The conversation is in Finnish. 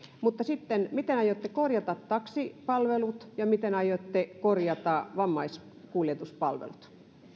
sitten miten aiotte korjata taksipalvelut ja miten aiotte korjata vammaiskuljetuspalvelut